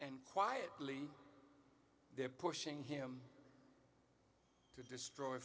and quietly they're pushing him to destroy